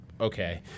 okay